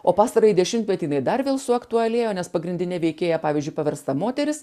o pastarąjį dešimtmetį jinai dar vėl suaktualėjo nes pagrindine veikėja pavyzdžiui paversta moteris